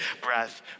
breath